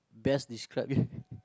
best describe you